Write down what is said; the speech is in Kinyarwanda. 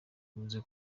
yavuze